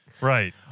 Right